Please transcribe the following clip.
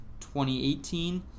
2018